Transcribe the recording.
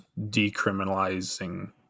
decriminalizing